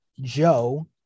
Joe